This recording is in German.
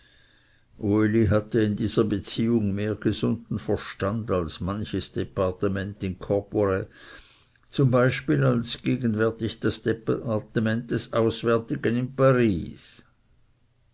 uli hatte in dieser beziehung mehr gesunden verstand als manches departement in corpore zum beispiel als gegenwärtig das departement des auswärtigen in paris